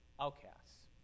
outcasts